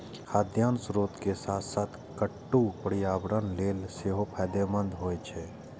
खाद्यान्नक स्रोत के साथ साथ कट्टू पर्यावरण लेल सेहो फायदेमंद होइ छै